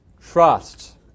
Trust